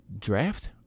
draft